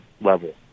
level